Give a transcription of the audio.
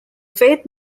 faith